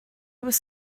was